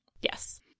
Yes